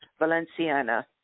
Valenciana